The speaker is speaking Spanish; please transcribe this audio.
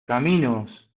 caminos